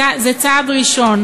צעד ראשון.